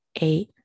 eight